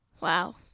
wow